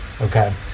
okay